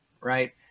right